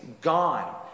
gone